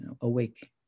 awake